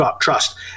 trust